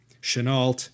Chenault